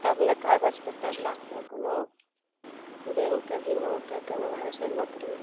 तब ने कागज पत्तर लागतय कोनो बैंकके बीमाके केना होइ छै नौकरी